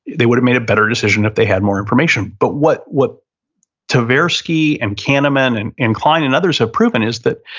they would've made a better decision if they had more information. but what what tversky and kahneman, and and kein, and others have proven is that